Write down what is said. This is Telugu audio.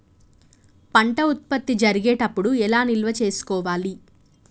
పంట ఉత్పత్తి జరిగేటప్పుడు ఎలా నిల్వ చేసుకోవాలి?